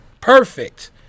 Perfect